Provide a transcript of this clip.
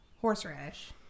horseradish